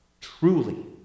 Truly